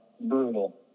Brutal